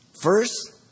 First